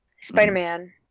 Spider-Man